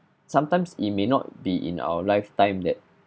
sometimes it may not be in our lifetime that